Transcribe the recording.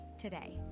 today